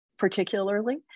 particularly